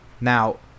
Now